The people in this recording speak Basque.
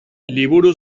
liburu